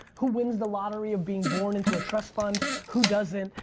who wins the lottery of being born into a trust fund? who doesn't?